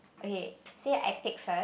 okay say I pick first